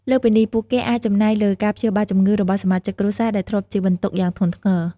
លើសពីនេះ ពួកគេអាចចំណាយលើការព្យាបាលជំងឺរបស់សមាជិកគ្រួសារ ដែលធ្លាប់ជាបន្ទុកយ៉ាងធ្ងន់ធ្ងរ។